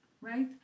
Right